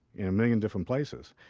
in a million different places,